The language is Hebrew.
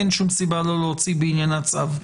אין שום סיבה לא להוציא בעניינה צו.